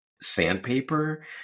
sandpaper